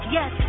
Yes